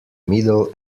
middle